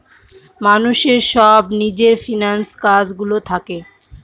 মানুষের সব নিজের ফিন্যান্স কাজ গুলো থাকে